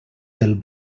del